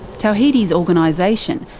tawhidi's organisation,